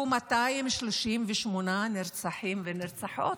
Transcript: הוא 238 נרצחים ונרצחות.